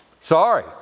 Sorry